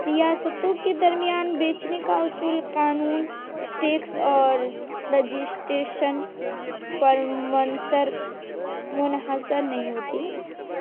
ریاستوں کے درمیان بیچنے کا اصول قانون ٹیکس اور رجسٹیریشن پر منحصر نہیں ہوتی